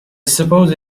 suppose